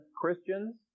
Christians